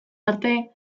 arte